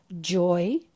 Joy